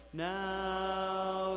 now